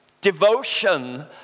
devotion